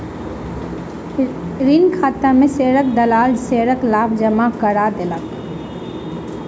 ऋण खाता में शेयर दलाल शेयरक लाभ जमा करा देलक